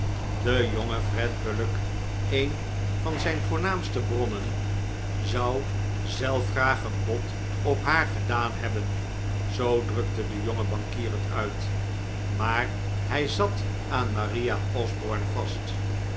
de jonge fred bullock een van zijn voornaamste bronnen zou zelf graag een bod op haar gedaan hebben zoo drukte de jonge bankier het uit maar hij zat aan maria osborne vast